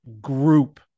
group